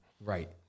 Right